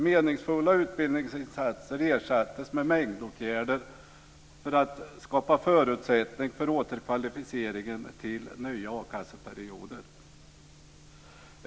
Meningsfulla utbildningsinsatser ersattes med mängdåtgärder för att skapa förutsättningar för återkvalificering till nya a-kasseperioder.